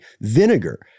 Vinegar